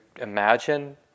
imagine